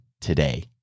today